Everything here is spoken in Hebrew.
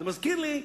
זה מזכיר לי,